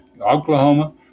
Oklahoma